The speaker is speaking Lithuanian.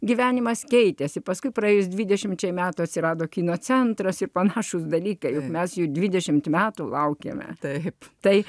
gyvenimas keitėsi paskui praėjus dvidešimčiai metų atsirado kino centras ir panašūs dalykai mes jų dvidešimt metų laukėme taip tai